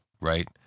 Right